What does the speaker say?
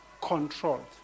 Controlled